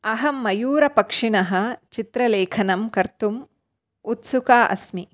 अहं मयूरपक्षिणः चित्रलेखनं कर्तुम् उत्सुका अस्मि